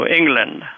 England